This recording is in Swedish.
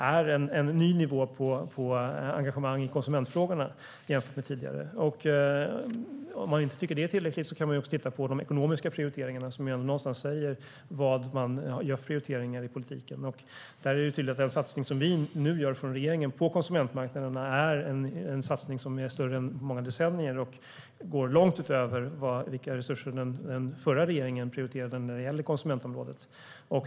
Det är en ny nivå på engagemang i konsumentfrågorna jämfört med tidigare. Om man inte tycker att det är tillräckligt kan man titta på de ekonomiska prioriteringarna, som någonstans säger vilka prioriteringar som görs i politiken. Där är det tydligt att den satsning som vi i regeringen nu gör på konsumentmarknaden är en satsning som är större än på många decennier och går långt utöver de resurser som den förra regeringen prioriterade när det gäller konsumentområdet.